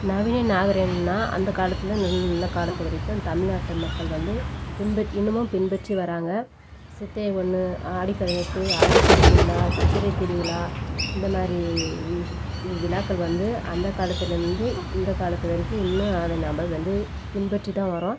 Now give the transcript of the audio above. நவீன நாகரீகம்னால் அந்தக் காலத்தில் இருந்து இந்தக் காலத்து வரைக்கும் தமிழ்நாட்டு மக்கள் வந்து பின்பற்றி இன்னமும் பின்பற்றி வராங்க சித்திரை ஒன்று ஆடி பதினெட்டு ஆடி பெருக்கு விழா சித்திரை திருவிழா இந்த மாதிரி வி விழாக்கள் வந்து அந்தக் காலத்துலேருந்து இந்தக் காலத்து வரைக்கும் இன்னும் அதை நாம் வந்து பின்பற்றி தான் வரோம்